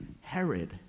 Herod